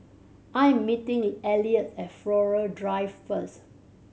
I'm meeting Elliot at Flora Drive first